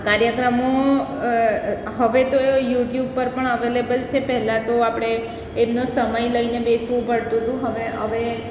આ કાર્યક્રમો હવે તો યુટ્યુબ પર પણ અવેલેબલ છે પહેલાં તો આપણે એમનો સમય લઈને બેસવું પડતું હતું હવે હવે